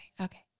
Okay